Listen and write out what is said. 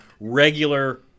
regular